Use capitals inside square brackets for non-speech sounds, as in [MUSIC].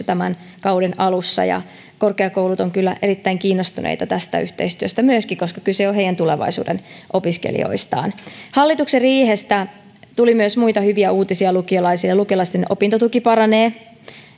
[UNINTELLIGIBLE] tämän kauden alussa ja korkeakoulut ovat kyllä myöskin erittäin kiinnostuneita tästä yhteistyöstä koska kyse on heidän tulevaisuuden opiskelijoistaan hallituksen riihestä tuli myös muita hyviä uutisia lukiolaisille lukiolaisten opintotuki paranee